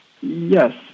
Yes